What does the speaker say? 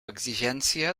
exigència